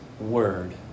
word